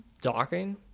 Docking